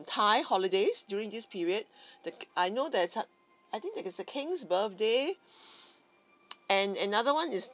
thai holidays during this period the I know that there's a I think there is the king's birthday and another one is